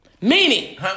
Meaning